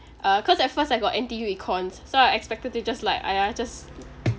uh cause at first I got N_T_U econs so I expected to just like !aiya! just